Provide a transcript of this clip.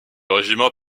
régiment